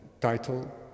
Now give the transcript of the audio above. title